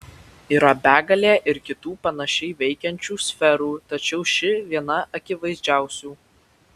yra begalė ir kitų panašiai veikiančių sferų tačiau ši viena akivaizdžiausių